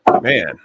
man